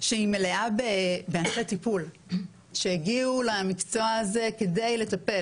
מלאה באנשי טיפול שהגיעו למקצוע הזה כדי לטפל